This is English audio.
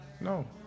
no